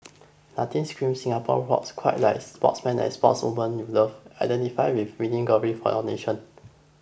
nothing screams Singapore rocks quite like sportsmen and sportswomen you love identify with winning glory for your nation